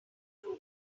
door